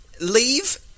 leave